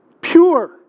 pure